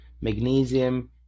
magnesium